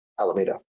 Alameda